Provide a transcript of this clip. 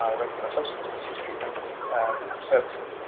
regular substance misuse treatment services,